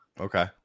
Okay